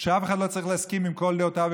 שאף אחד לא צריך להסכים לכל דעותיו,